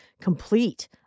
complete